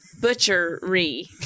butchery